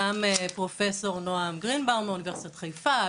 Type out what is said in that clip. גם פרופסור נועם גרינבאום מאוניברסיטת חיפה,